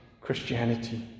Christianity